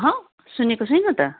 हँ सुनेको छुइनँ त